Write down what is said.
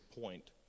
point